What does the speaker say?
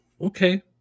okay